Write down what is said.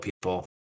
people